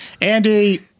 Andy